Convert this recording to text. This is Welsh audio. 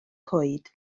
coed